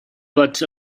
but